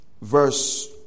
verse